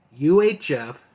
UHF